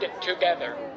together